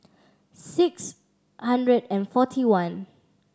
six hundred and forty one